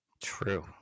True